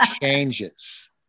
changes